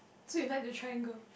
so you like the triangle